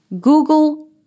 Google